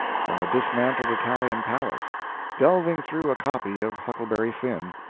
from a dismantled italian palace delving through a copy of huckleberry finn,